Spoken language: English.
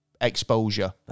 exposure